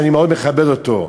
שאני מאוד מכבד אותו,